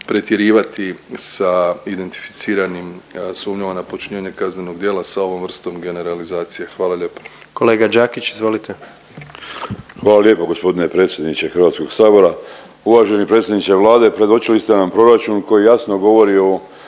pretjerivati sa identificiranim sumnjama na počinjenje kaznenog djela sa ovom vrstom generalizacije. Hvala lijepo. **Jandroković, Gordan (HDZ)** Kolega Đakić, izvolite. **Đakić, Josip (HDZ)** Hvala lijepo gospodine predsjedniče Hrvatskog sabora. Uvaženi predsjedniče Vlade predočili ste nam proračun koji jasno govori o